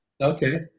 Okay